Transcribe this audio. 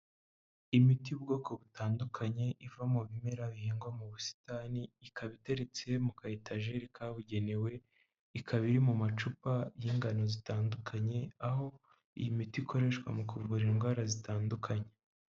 Imiti y'ubwoko butandukanye iva mu bimera bihingwa mu busitani, ikaba iteretse mu ka etajeri kabugenewe, ikaba iri mu macupa y'ingano zitandukanye, aho iyi miti ikoreshwa mu kuvura indwara zitandukanye.